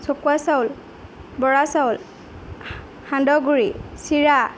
চকুৱা চাউল বৰা চাউল সান্দহ গুড়ি চিৰা